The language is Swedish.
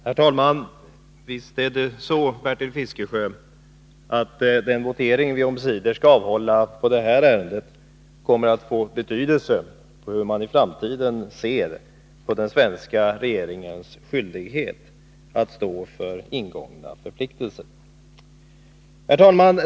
Herr talman! Visst är det så, Bertil Fiskesjö, att den votering vi omsider skall ha i detta ärende kommer att få betydelse för hur man i framtiden ser på den svenska regeringens skyldighet att stå för ingångna förpliktelser.